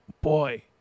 boy